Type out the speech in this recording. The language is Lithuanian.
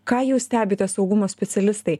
ką jūs stebite saugumo specialistai